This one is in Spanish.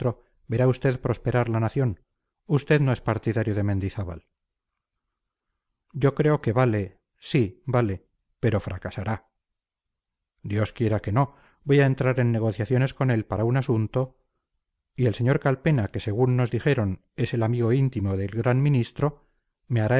verá usted prosperar la nación usted no es partidario de mendizábal yo creo que vale sí vale pero fracasará dios quiera que no voy a entrar en negociaciones con él para un asunto y el sr calpena que según nos dijeron es el amigo íntimo del gran ministro me hará